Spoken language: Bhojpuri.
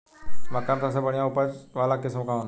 मक्का में सबसे बढ़िया उच्च उपज वाला किस्म कौन ह?